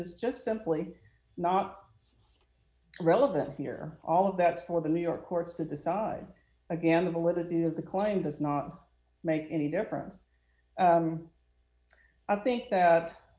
is just simply not relevant here all of that is for the new york courts to decide again the validity of the claim does not make any difference i think that